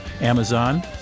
Amazon